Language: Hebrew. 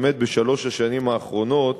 באמת בשלוש השנים האחרונות